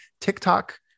TikTok